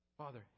Father